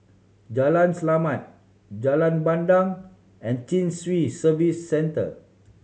Jalan Selamat Jalan Bandang and Chin Swee Service Centre